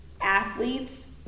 athletes